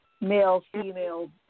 male-female